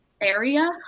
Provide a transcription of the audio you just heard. area